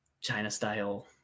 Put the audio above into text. China-style